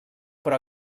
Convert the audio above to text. però